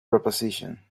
proposition